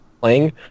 playing